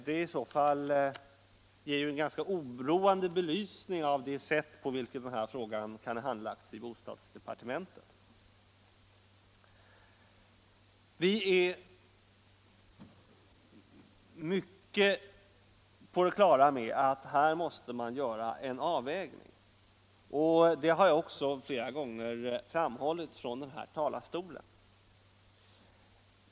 Det ger i så fall en oroande belysning av det sätt på vilket den här frågan kan ha handlagts i bostadsdepartementet. Vi är i hög grad på det klara med att här måste man göra en avvägning, och det har jag också flera gånger framhållit från denna talarstol.